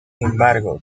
embargo